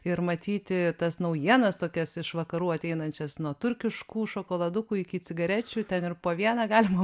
ir matyti tas naujienas tokias iš vakarų ateinančias nuo turkiškų šokoladukų iki cigarečių ir po vieną galima